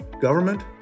government